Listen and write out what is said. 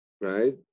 Right